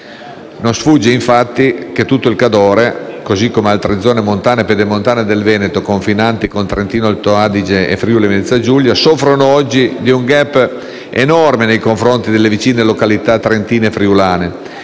Non sfugge, infatti, che tutto il Cadore, così come altre zone montane e pedemontane del Veneto confinanti con Trentino-Alto Adige e Friuli-Venezia Giulia, soffrono oggi di un *gap* enorme nei confronti delle vicine località trentine e friulane